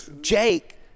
Jake